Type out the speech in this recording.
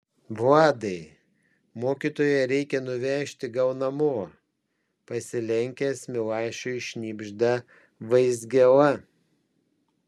vladai mokytoją reikia nuvežti gal namo pasilenkęs milašiui šnibžda vaizgėla